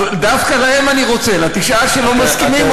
אז דווקא אליהם אני רוצה, לתשעה שלא מסכימים.